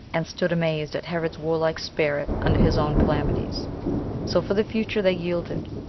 and stood amazed at herod's warlike spirit under his own calamities so for the future they yielded,